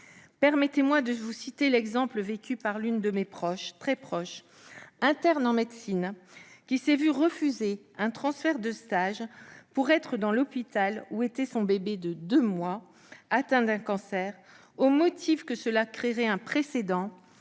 Permettez-moi de citer l'exemple vécu par l'une de mes proches, interne en médecine, qui s'est vu refuser un transfert de stage dans l'hôpital où était soigné son bébé de deux mois, atteint d'un cancer, au motif que cela créerait un précédent